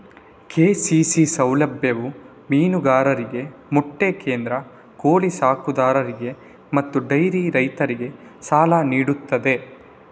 KCC ಸೌಲಭ್ಯವು ಮೀನುಗಾರರಿಗೆ, ಮೊಟ್ಟೆ ಕೇಂದ್ರ, ಕೋಳಿ ಸಾಕುದಾರರಿಗೆ ಮತ್ತು ಡೈರಿ ರೈತರಿಗೆ ಸಾಲ ನೀಡುತ್ತದೆ